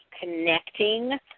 connecting